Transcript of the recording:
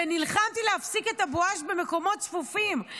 ונלחמתי להפסיק את הבואש במקומות צפופים,